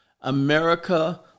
America